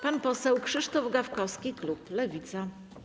Pan poseł Krzysztof Gawkowski, klub Lewica.